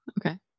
Okay